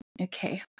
Okay